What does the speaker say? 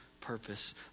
purpose